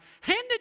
handed